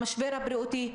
המשבר הבריאותי,